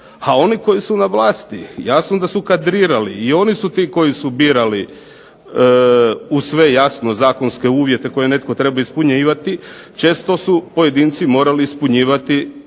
A oni koji su na vlasti, jasno da su kadrirali i oni su ti koji su birali uz sve jasno zakonske uvjete koje je netko trebao ispunjavati često su pojedinci morali ispunjavati